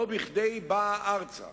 לא בכדי באה ארצה